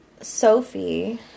sophie